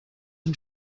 and